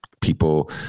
people